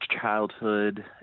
childhood